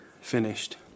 finished